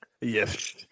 Yes